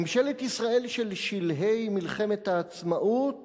ממשלת ישראל של שלהי מלחמת העצמאות